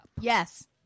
Yes